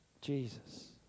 Jesus